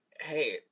hey